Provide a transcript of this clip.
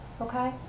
Okay